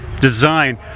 Design